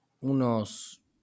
unos